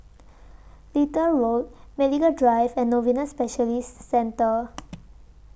Little Road Medical Drive and Novena Specialists Centre